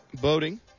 boating